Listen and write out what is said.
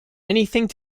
anything